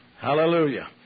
Hallelujah